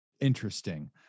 interesting